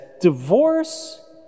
divorce